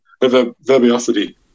verbiosity